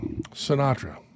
Sinatra